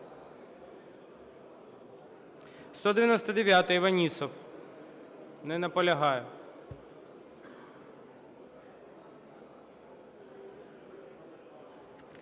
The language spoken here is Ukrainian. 199-а, Іванісов. Не наполягає.